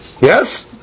Yes